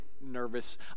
nervous